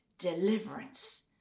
deliverance